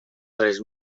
res